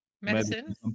medicine